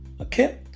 okay